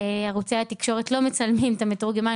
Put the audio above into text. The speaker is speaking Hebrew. ערוצי התקשורת לא מצלמים את המתורגמן,